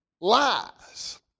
lies